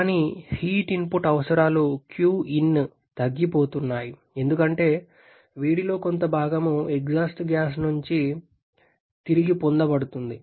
కానీ heat input అవసరాలు qin తగ్గిపోతున్నాయి ఎందుకంటే వేడిలో కొంత భాగం ఎగ్జాస్ట్ గ్యాస్ నుండి తిరిగి పొందబడుతుంది